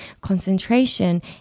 concentration